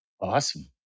awesome